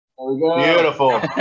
Beautiful